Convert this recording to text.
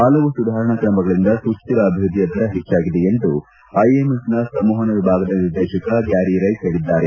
ಹಲವು ಸುಧಾರಣಾ ಕ್ರಮಗಳಿಂದ ಸುಸ್ತಿರ ಅಭಿವ್ಯದ್ದಿಯ ದರ ಹೆಚ್ಚಾಗಿದೆ ಎಂದು ಐಎಂಎಫ್ನ ಸಂವಹನ ವಿಭಾಗದ ನಿರ್ದೇಶಕ ಗ್ವಾರಿ ರೈಸ್ ಹೇಳಿದ್ದಾರೆ